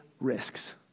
risks